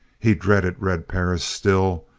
he dreaded red perris still,